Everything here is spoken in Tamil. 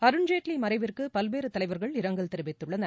அருண்ஜேட்லி மறைவிற்கு பல்வேறு தலைவர்கள் இரங்கல் தெரிவித்துள்ளனர்